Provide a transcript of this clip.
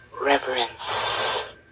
reverence